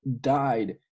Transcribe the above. died